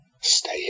stay